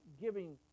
giving